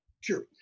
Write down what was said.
Sure